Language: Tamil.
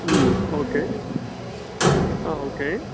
ம் ஓகே ஆ ஓகே